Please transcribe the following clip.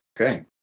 okay